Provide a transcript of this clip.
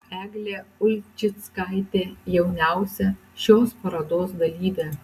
eglė ulčickaitė jauniausia šios parodos dalyvė